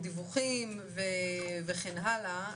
דיווחים, וכן הלאה.